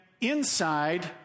inside